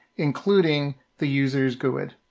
including the user's guid.